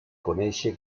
conèixer